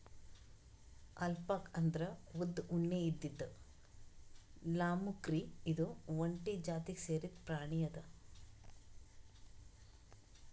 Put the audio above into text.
alpaca ಅಂದ್ರ ಉದ್ದ್ ಉಣ್ಣೆ ಇದ್ದಿದ್ ಲ್ಲಾಮ್ಕುರಿ ಇದು ಒಂಟಿ ಜಾತಿಗ್ ಸೇರಿದ್ ಪ್ರಾಣಿ ಅದಾ